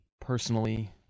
personally